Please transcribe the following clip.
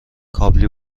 کابلی